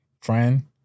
friend